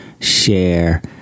share